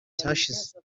cyashize